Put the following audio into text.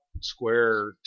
square